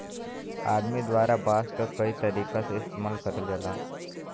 आदमी द्वारा बांस क कई तरीका से इस्तेमाल करल जाला